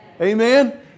Amen